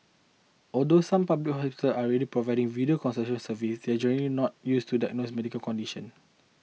although some public hospital are already providing video consultation services they are generally not used to diagnose medical condition